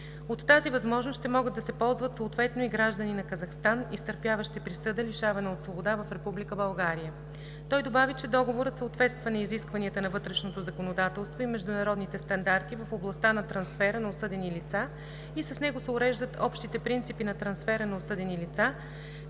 От тази възможност ще могат да се ползват съответно и граждани на Казахстан, изтърпяващи присъда лишаване от свобода в Република България. Той добави, че Договорът съответства на изискванията на вътрешното законодателство и международните стандарти в областта на трансфера на осъдени лица и с него се уреждат общите принципи на трансфера на осъдени лица,